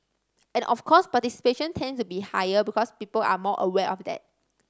and of course participation tends to be higher because people are more aware of that